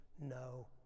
no